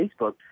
Facebook